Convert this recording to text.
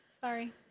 Sorry